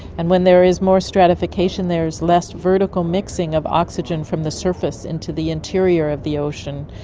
and when there is more stratification there is less vertical mixing of oxygen from the surface into the interior of the ocean.